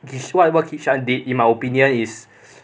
is what even kishan did in my opinion is